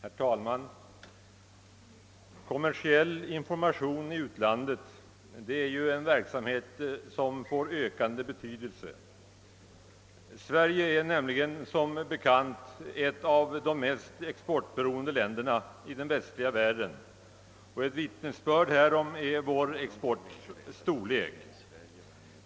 Herr talman! Kommersiell information i utlandet är en verksamhet som får ökande betydelse. Sverige är som bekant ett av de mest exportberoende länderna i den västliga världen. Ett vittnesbörd härom är vår exports storlek.